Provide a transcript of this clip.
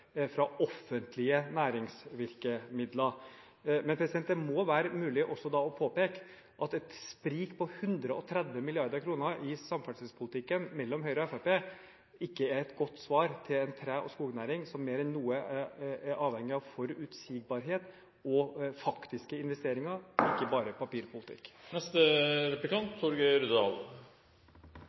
fra offentlige næringsvirkemidler. Det må være mulig å påpeke at et sprik på 130 mrd. kr mellom Høyre og Fremskrittspartiet i samferdselspolitikken ikke er et godt svar til en tre- og skognæring som mer enn noe er avhengig av forutsigbarhet og faktiske investeringer – ikke bare papirpolitikk.